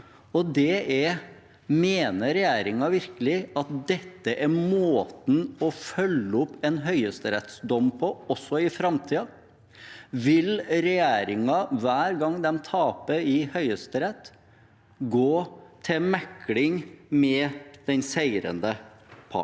og det er: Mener regjeringen virkelig at dette er måten å følge opp en høyesterettsdom på, også i framtiden? Vil regjeringen hver gang den taper i Høyesterett, gå til mekling med den seirende part?